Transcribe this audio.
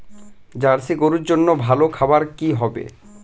Jersey গরুর জন্য ভালো খাবার কি হবে?